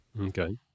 Okay